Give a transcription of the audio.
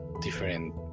different